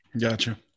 Gotcha